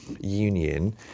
union